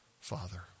father